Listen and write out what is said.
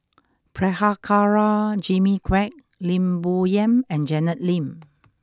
Prabhakara Jimmy Quek Lim Bo Yam and Janet Lim